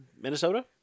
minnesota